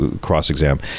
cross-exam